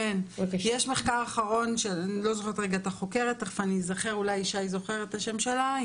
יש מחקר אחרון של חוקרת מהסנגוריה הציבורית שאני לא זוכרת את השם שלה,